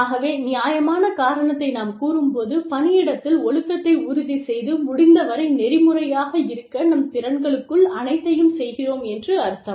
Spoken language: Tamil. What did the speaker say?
ஆகவே நியாயமான காரணத்தை நாம் கூறும்போது பணியிடத்தில் ஒழுக்கத்தை உறுதிசெய்து முடிந்தவரை நெறிமுறையாக இருக்க நம் திறன்களுக்குள் அனைத்தையும் செய்கிறோம் என்று அர்த்தம்